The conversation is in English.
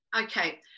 Okay